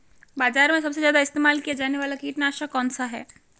बाज़ार में सबसे ज़्यादा इस्तेमाल किया जाने वाला कीटनाशक कौनसा है?